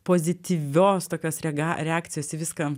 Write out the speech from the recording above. pozityvios tokios rega reakcijos į viską